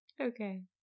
Okay